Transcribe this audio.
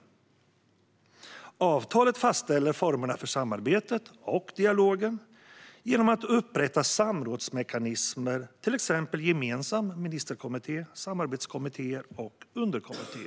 I avtalet fastställs formerna för samarbetet och dialogen genom att det upprättas samrådsmekanismer, till exempel en gemensam ministerkommitté, samarbetskommittéer och underkommittéer.